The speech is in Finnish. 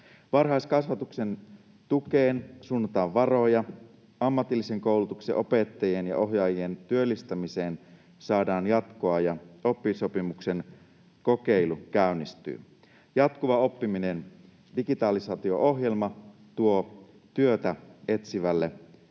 Varhaiskasvatuksen tukeen suunnataan varoja, ammatillisen koulutuksen opettajien ja ohjaajien työllistämiseen saadaan jatkoa, ja oppisopimuksen kokeilu käynnistyy. Jatkuvan oppimisen digitalisaatio -ohjelma tuo työtä etsivälle [Puhemies